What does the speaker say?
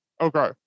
Okay